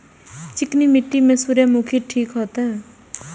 चिकनी मिट्टी में सूर्यमुखी ठीक होते?